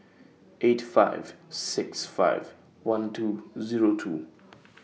eight five six five one two Zero two